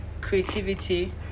creativity